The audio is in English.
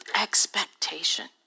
expectation